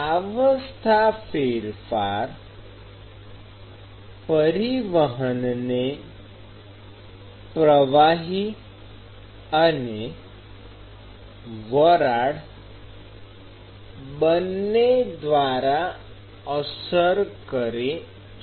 પ્રાવસ્થા ફેરફાર પરિવહનને પ્રવાહી અને વરાળ બંને દ્વારા અસર કરે છે